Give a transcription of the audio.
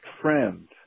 friend